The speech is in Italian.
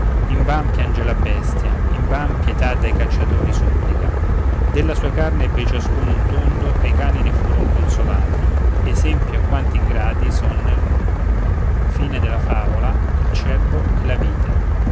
invan piange la bestia invan pietà dai cacciatori supplica della sua carne ebbe ciascun un tondo ed i cani ne furon consolati esempio a quanti ingrati son nel mondo e